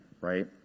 right